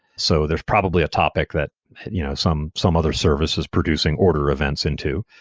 so there's probably a topic that you know some some other service is producing order events into.